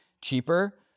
cheaper